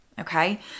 Okay